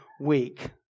week